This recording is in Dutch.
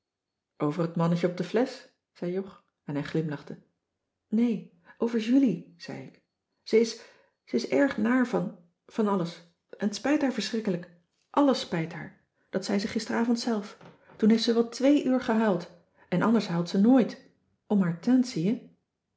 over het mannetje op de flesch zei jog en hij glimlachte nee over julie zei ik ze is ze is erg naar van van alles en t spijt haar verschrikkelijk alles spijt haar dat zei ze gisteravond zelf toen heeft ze wel twee uur gehuild en anders huilt ze nooit om haar teint zie je